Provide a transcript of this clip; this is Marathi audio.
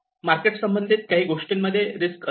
मार्केट संबंधित काही गोष्टींमध्ये रिस्क असते